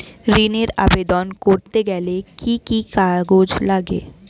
ঋণের আবেদন করতে গেলে কি কি কাগজ লাগে?